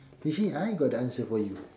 you see I got the answer for you